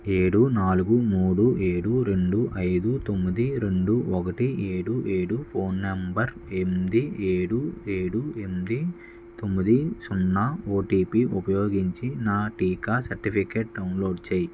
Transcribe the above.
ఏడు నాలుగు మూడు ఏడు రెండు ఐదు తొమ్మిది రెండు ఒకటి ఏడు ఏడు ఫోన్ నంబర్ ఎనిమిది ఏడు ఏడు ఎనిమిది తొమ్మిది సున్నా ఓటిపి ఉపయోగించి నా టీకా సర్టిఫికెట్ డౌన్లోడ్ చేయి